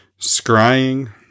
scrying